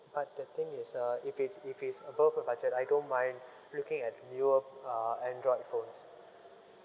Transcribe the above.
but the thing is uh if it's if it's above the budget I don't mind looking at newer uh android phones